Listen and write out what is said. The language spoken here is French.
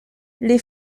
les